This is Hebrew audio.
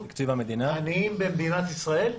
עניים במדינת ישראל?